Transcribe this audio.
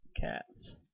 Cats